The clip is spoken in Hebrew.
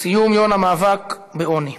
ציון יום המאבק בעוני,